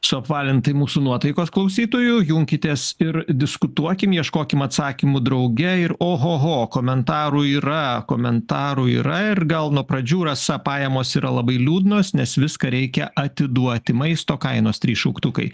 suapvalintai mūsų nuotaikos klausytojų junkitės ir diskutuokim ieškokim atsakymų drauge ir oho ho komentarų yra komentarų yra ir gal nuo pradžių rasa pajamos yra labai liūdnos nes viską reikia atiduoti maisto kainos trys šauktukai